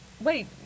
Wait